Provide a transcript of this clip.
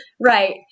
Right